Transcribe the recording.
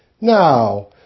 Now